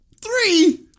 Three